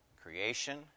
creation